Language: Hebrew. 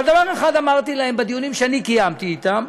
אבל דבר אחד אמרתי להם בדיונים שאני קיימתי אתם,